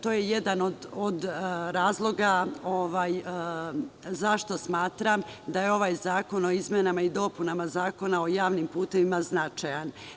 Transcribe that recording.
To je jedan od razloga zašto smatram da je ovaj Zakon o izmenama i dopunama Zakona o javnim putevima značajan.